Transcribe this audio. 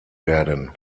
werden